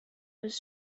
was